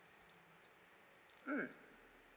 mm